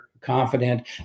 confident